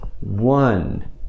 one